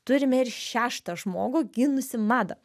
turime ir šeštą žmogų gynusį madą